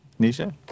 Nisha